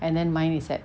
and then mine is like